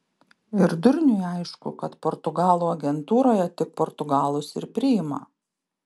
ir durniui aišku kad portugalų agentūroje tik portugalus ir priima